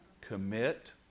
commit